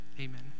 Amen